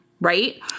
Right